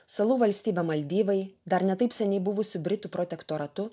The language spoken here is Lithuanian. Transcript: salų valstybė maldyvai dar ne taip seniai buvusi britų protektoratu